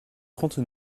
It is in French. trente